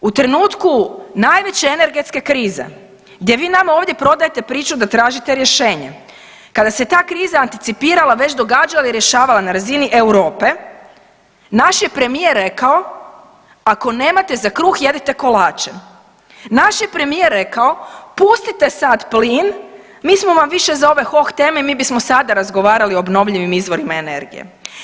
U trenutku najveće energetske krize gdje vi nama ovdje prodajete priču da tražite rješenje, kada se ta kriza anticipirala već događala i rješavala na razini Europe naš je premijer rekao ako nemate za kruh jedite kolače, naš je premijer rekao pustite sad plin mi smo vam više za ove hoh teme mi bismo sada razgovarali o obnovljivim izvorima energije.